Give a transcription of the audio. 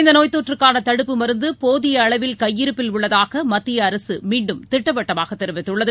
இந்தநோய் தொற்றுக்கானதடுப்பு மருந்தபோதியஅளவில் கையிருப்பில் உள்ளதாகமத்தியஅரசுமீண்டும் திட்டவட்டமாகதெரிவித்துள்ளது